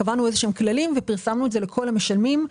קבענו איזה שהם כללים ופרסמנו לכל המשלמים.